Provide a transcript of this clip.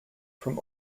from